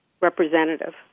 representative